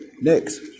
Next